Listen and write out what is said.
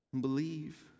Believe